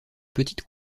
petite